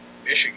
Michigan